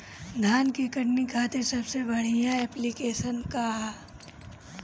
धान के कटनी खातिर सबसे बढ़िया ऐप्लिकेशनका ह?